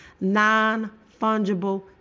non-fungible